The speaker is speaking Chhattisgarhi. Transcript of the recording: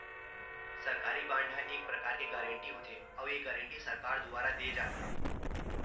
सरकारी बांड ह एक परकार के गारंटी होथे, अउ ये गारंटी सरकार दुवार देय जाथे